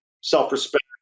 self-respect